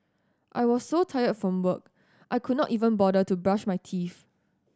I was so tired from work I could not even bother to brush my teeth